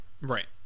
Right